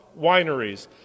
wineries